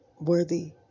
worthy